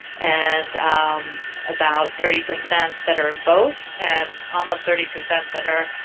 and about thirty percent that are in both and almost thirty percent that are